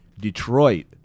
Detroit